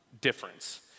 difference